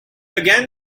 again